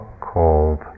called